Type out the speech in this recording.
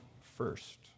first